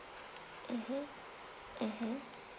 mmhmm mmhmm